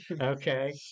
Okay